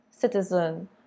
citizen